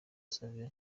savio